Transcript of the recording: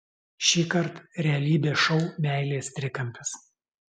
šįkart realybės šou meilės trikampis